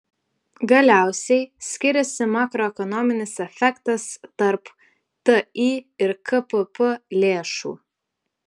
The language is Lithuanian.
galiausiai skiriasi makroekonominis efektas tarp ti ir kpp lėšų